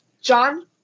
John